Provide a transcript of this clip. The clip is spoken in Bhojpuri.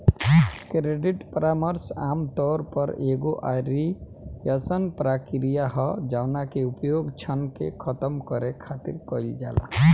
क्रेडिट परामर्श आमतौर पर एगो अयीसन प्रक्रिया ह जवना के उपयोग ऋण के खतम करे खातिर कईल जाला